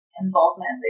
involvement